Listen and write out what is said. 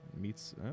meets